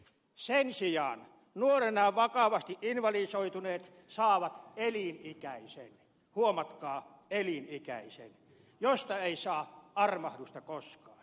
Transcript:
sen sijaan nuorena vakavasti invalidisoituneet saavat elinikäisen huomatkaa elinikäisen josta ei saa armahdusta koskaan